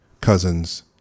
cousins